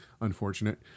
unfortunate